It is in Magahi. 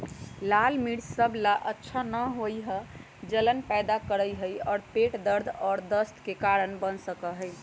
लाल मिर्च सब ला अच्छा न होबा हई ऊ जलन पैदा करा हई और पेट दर्द और दस्त के कारण बन सका हई